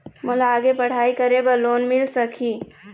मोला आगे पढ़ई करे बर लोन मिल सकही?